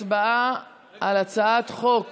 הצבעה על הצעת חוק